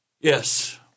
Yes